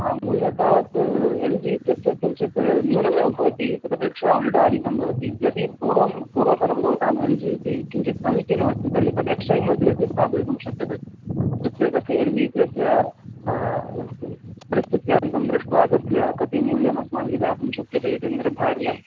मूल्यं तावत् L G इत्यस्य किञ्चित् न्यूनमेव भवति तदपेक्षया ओनिडा अधिकं भवति यदि पूर्वं पूर्वतनं भवताम् एल् जि इति किञ्चित् समीचीनमस्ति तर्हि तद् एक्स्चैञ्ज् मध्ये अपि स्थापयितुं शक्यते इत्युक्ते तस्य एल् जि इत्यस्य परिस्थित्यादिकं दृष्ट्वा तस्य कति मूल्यम् अस्माभिः दातुं शक्यते इति निर्धार्य